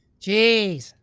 geez.